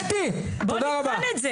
קטי, תודה רבה.